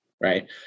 right